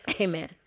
Amen